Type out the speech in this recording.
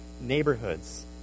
neighborhoods